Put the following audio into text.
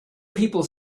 people